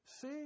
See